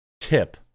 tip